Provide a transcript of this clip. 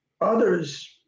Others